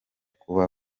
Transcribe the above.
kuba